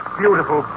beautiful